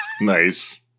nice